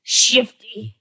shifty